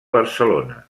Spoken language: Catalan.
barcelona